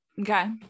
Okay